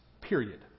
period